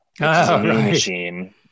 machine